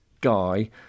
guy